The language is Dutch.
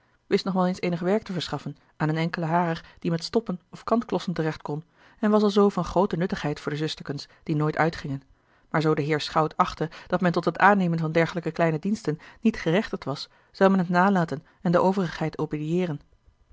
wist nog wel eens eenig werk te verschaffen aan eene enkele harer die met stoppen of kantklossen terecht kon en was alzoo van groote nuttigheid voor de zusterkens die nooit uitgingen maar zoo de heer schout achtte dat men tot het aannemen van dergelijke kleine diensten niet gerechtigd was zou men t nalaten en de overigheid